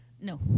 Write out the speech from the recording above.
No